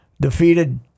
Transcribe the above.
defeated